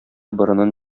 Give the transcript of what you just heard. борынын